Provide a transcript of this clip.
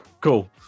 Cool